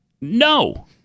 no